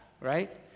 right